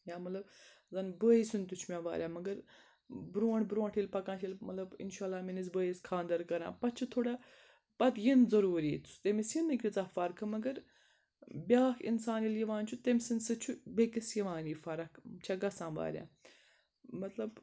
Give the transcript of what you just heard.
یا مطلب زَن بٲے سُنٛد تہِ چھُ مےٚ وارِیاہ مگر برونٛٹھ برونٛٹھ ییٚلہِ پَکان چھِ ییٚلہِ مطلب اِنشاء اللہ میٛٲنِس بٲیِس خانٛدَر کَران پَتہٕ چھِ تھوڑا پَتہٕ یِنۍ ضٔروٗری تٔمِس یِنٕے کۭژاہ فرقہٕ مگر بیٛاکھ اِنسان ییٚلہِ یِوان چھُ تٔمۍ سٕنٛدۍ سۭتۍ چھُ بیٚکِس یِوان یہِ فرکھ چھےٚ گژھان وارِیاہ مطلب